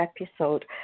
episode